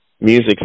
music